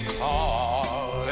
call